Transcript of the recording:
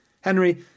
Henry